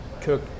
cook